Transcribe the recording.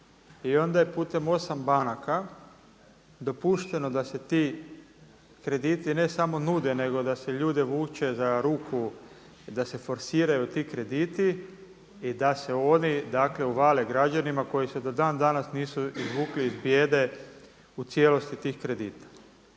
i onda je putem osam banaka dopušteno da se ti krediti ne samo nude, nego da se ljude vuče za ruku da se forsiraju ti krediti i da se oni uvale građanima koji se do dan danas nisu izvukli iz bijede u cijelosti tih kredita.